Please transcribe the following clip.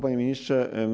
Panie Ministrze!